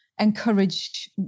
encourage